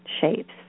shapes